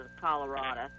Colorado